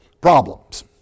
problems